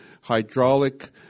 hydraulic